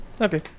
Okay